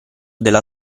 della